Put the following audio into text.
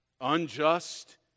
unjust